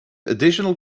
additional